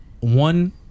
one